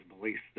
beliefs